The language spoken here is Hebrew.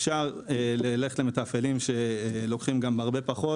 אפשר ללכת למתפעלים שלוקחים גם הרבה פחות.